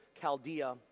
Chaldea